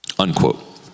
unquote